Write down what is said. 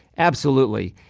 absolutely.